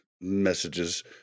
messages